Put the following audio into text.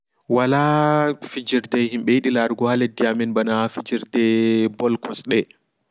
Wala fijirde himɓe yidi larugo ha leddi amin ball kosɗe.